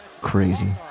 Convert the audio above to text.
crazy